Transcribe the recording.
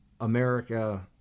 America